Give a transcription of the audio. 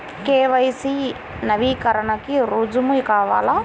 KYC నవీకరణకి రుజువు కావాలా?